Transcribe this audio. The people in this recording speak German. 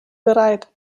bereit